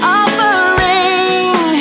offering